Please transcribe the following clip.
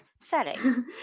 setting